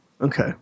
Okay